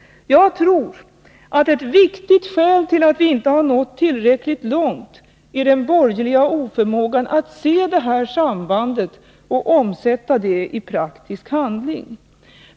Jag tror att ett viktigt skäl till att vi inte nått tillräckligt långt är den borgerliga oförmågan att se detta samband och omsätta det i praktisk handling.